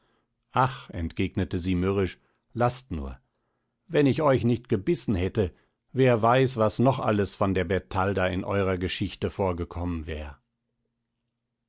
ach entgegnete sie mürrisch laßt nur wenn ich euch nicht gebissen hätte wer weiß was noch alles von der bertalda in eurer geschichte vorgekommen wär